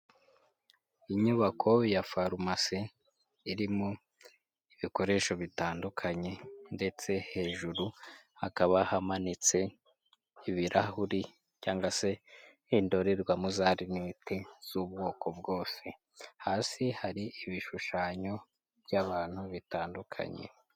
Inyubako ya farumasi irimo ibikoresho bitandukanye ndetse hejuru hakaba hamanitse ibirahuri cyangwa se indorerwamo za remweti z'ubwoko bwose, hasi hari ibishushanyo by'abantu bitandukanye.